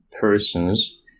persons